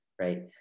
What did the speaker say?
right